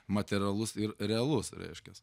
materialus ir realus reiškias